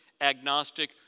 agnostic